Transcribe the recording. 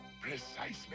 Precisely